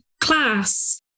class